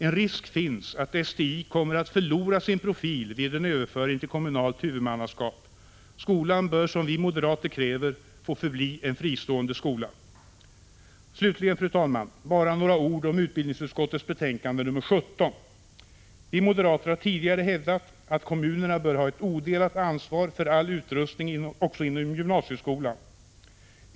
En risk finns att STI kommer att förlora sin profil vid en överföring till kommunalt huvudmannaskap. Skolan bör, som vi moderater kräver, få förbli en fristående skola. Slutligen, fru talman, bara några ord om utbildningsutskottets betänkande 17. Vi moderater har tidigare hävdat att kommunerna bör ha ett odelat ansvar för all utrustning också i gymnasieskolan.